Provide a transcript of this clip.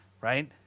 Right